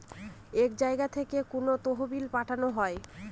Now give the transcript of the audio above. এক জায়গা থেকে কোনো তহবিল পাঠানো হয়